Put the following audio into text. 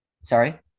Sorry